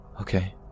Okay